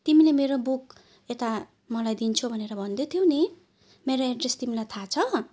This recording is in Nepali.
तिमीले मेरो बुक यता मलाई दिन्छौ भनेर भन्दै थियौ नि मेरो एड्रेस तिमीलाई थाह छ